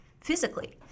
physically